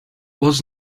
was